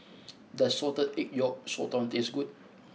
does Salted Egg Yolk Sotong taste good